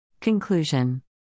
Conclusion